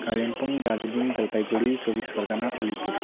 Kalimpong Darjeeling Jalpaiguri Chaubis Pargana Alipur